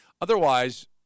Otherwise